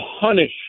punish